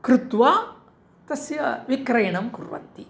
कृत्वा तस्य विक्रयणं कुर्वन्ति